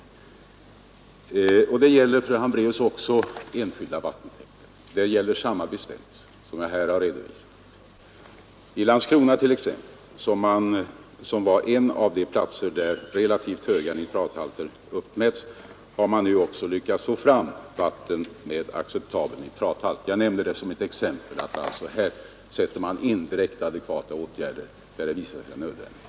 Samma bestämmelser som jag här har redovisat gäller, fru Hambraeus, också för enskilda vattentäkter. I Landskrona, som var en av de platser där relativt höga nitrathalter uppmätts, har man nu också lyckats få fram vatten med acceptabel nitrathalt. Jag nämner det som ett exempel på att man sätter in direkt adekvata åtgärder där detta visar sig nödvändigt.